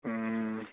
ꯎꯝ